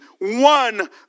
one